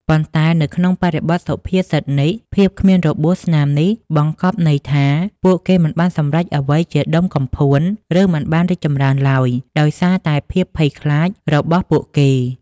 ប៉ុន្តែនៅក្នុងបរិបទសុភាសិតនេះ ភាពគ្មានរបួសស្នាមនេះ បង្កប់ន័យថា ពួកគេមិនបានសម្រេចអ្វីជាដុំកំភួន ឬមិនបានរីកចម្រើនឡើយ ដោយសារតែភាពភ័យខ្លាចរបស់ពួកគេ។